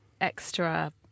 extra